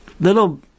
Little